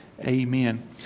Amen